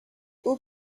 haut